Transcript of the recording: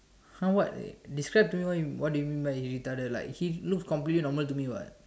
!huh! what describe to me what you what do you mean by mean by retarded like he looks completely normal to me [what]